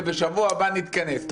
ובשבוע הבא נתכנס.